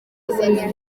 izindi